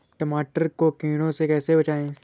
टमाटर को कीड़ों से कैसे बचाएँ?